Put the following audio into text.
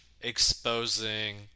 exposing